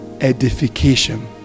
edification